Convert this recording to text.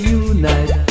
unite